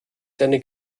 seine